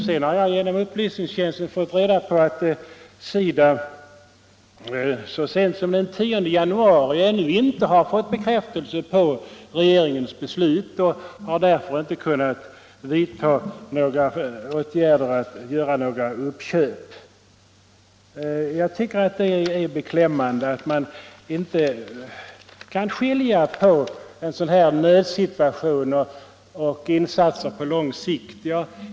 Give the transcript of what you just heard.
Vidare har jag genom riksdagens upplysningstjänst fått reda på att SIDA så sent som den 10 januari ännu inte hade fått bekräftelse på regeringens beslut och därför inte har kunnat vidta åtgärder för att göra några uppköp. Jag tycker att det är beklämmande att man inte kan skilja mellan en sådan katastrofinsats och insatser på lång sikt.